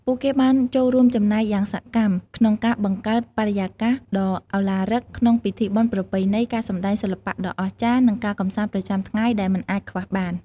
ពួកគេបានចូលរួមចំណែកយ៉ាងសកម្មក្នុងការបង្កើតបរិយាកាសដ៏ឧឡារិកក្នុងពិធីបុណ្យប្រពៃណី ការសម្តែងសិល្បៈដ៏អស្ចារ្យ និងការកម្សាន្តប្រចាំថ្ងៃដែលមិនអាចខ្វះបាន។